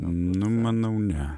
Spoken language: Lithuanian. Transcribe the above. na manau ne